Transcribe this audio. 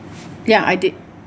ya I did